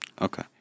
Okay